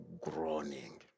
groaning